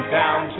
down